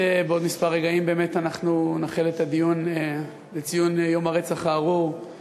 בעוד כמה רגעים באמת נחל את הדיון לציון יום הרצח הארור של